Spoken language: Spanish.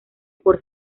por